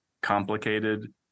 complicated